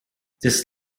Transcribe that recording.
this